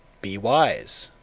be wise!